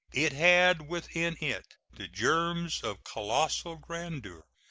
it had within it the germs of colossal grandeur,